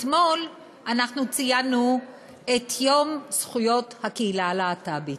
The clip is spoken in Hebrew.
אתמול ציינו את יום זכויות הקהילה הלהט"בית,